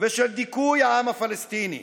ושל דיכוי העם הפלסטיני.